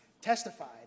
testified